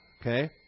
okay